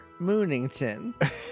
Moonington